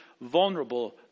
vulnerable